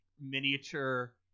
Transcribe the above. miniature